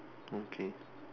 okay